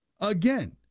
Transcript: Again